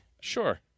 Sure